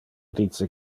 dice